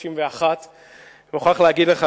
1991. אני מוכרח להגיד לך,